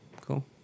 Cool